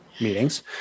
meetings